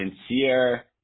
sincere